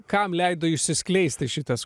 kam leido išsiskleisti šitas